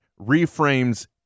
reframes